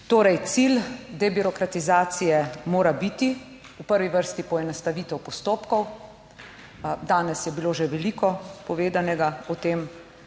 Torej, cilj debirokratizacije mora biti v prvi vrsti poenostavitev postopkov. Danes je bilo že veliko povedanega o tem,